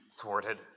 thwarted